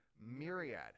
myriad